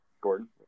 Gordon